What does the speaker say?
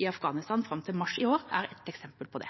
i Afghanistan fram til mars i år er et eksempel på det.